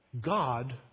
God